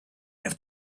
have